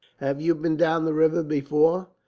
have you been down the river before?